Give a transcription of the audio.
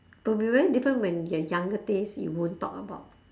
but we very different when your younger days you won't talk about